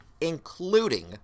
including